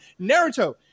Naruto